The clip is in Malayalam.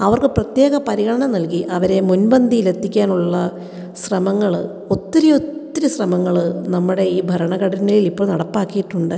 അവർക്ക് പ്രത്യേക പരിഗണന നൽകി അവരെ മുൻപന്തിയിൽ എത്തിക്കാൻ ഉള്ള ശ്രമങ്ങൾ ഒത്തിരി ഒത്തിരി ശ്രമങ്ങൾ നമ്മുടെ ഈ ഭരണഘടനയിൽ ഇപ്പോൾ നടപ്പാക്കിയിട്ടുണ്ട്